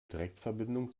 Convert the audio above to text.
direktverbindung